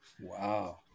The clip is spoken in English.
Wow